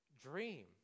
dream